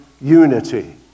unity